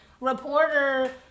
reporter